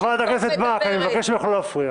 חברת הכנסת מארק, אני מבקש ממך לא להפריע.